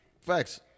Facts